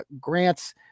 Grant's